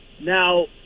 Now